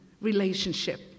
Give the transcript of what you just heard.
relationship